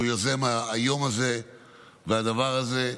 שהוא יוזם היום הזה והדבר הזה.